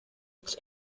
its